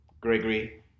Gregory